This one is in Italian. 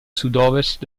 sudovest